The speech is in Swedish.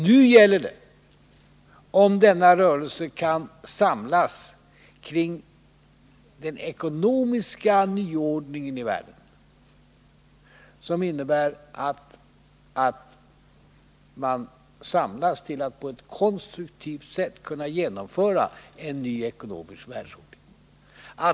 Nu gäller det om denna rörelse kan samlas kring den ekonomiska nyordningen i världen, om den kan samlas till att på ett konstruktivt sätt genomföra en ny ekonomisk världsordning.